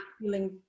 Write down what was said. feeling